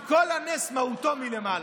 כי כל הנס, מהותו מלמעלה.